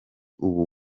ubu